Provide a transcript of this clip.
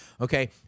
Okay